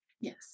Yes